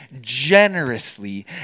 generously